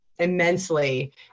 immensely